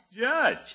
Judge